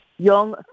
young